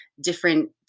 different